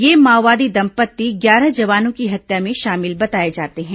ये माओवादी दंपत्ति ग्यारह जवानों की हत्या में शामिल बताए जाते हैं